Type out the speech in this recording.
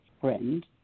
friend